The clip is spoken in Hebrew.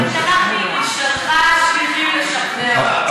אני שלחתי, היא שלחה שליחים לשכנע אותו.